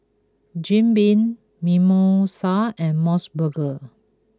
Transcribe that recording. Jim Beam Mimosa and M O S Burger